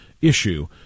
issue